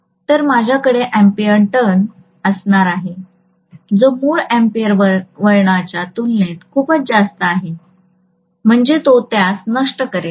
तर माझ्याकडे ampere turn असणार आहे जो मूळ अॅम्पीयर वळणाच्या तुलनेत खूपच जास्त आहे म्हणजे तो त्यास नष्ट करेल